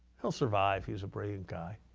he'll survive. he was a brilliant guy.